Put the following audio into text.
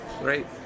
Great